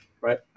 right